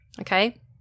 Okay